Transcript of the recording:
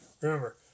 Remember